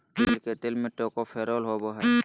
तिल के तेल में टोकोफेरोल होबा हइ